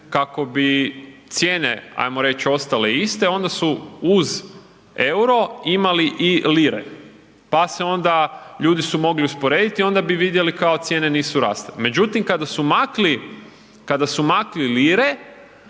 kako bi cijene ajmo reći ostale iste onda su uz EUR-o imali i lire, pa se onda ljudi su mogli usporediti onda bi vidjeli cijene nisu rasle. Međutim, kada su makli,